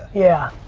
yeah.